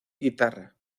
guitarra